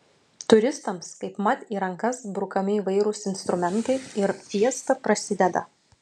turistams kaipmat į rankas brukami įvairūs instrumentai ir fiesta prasideda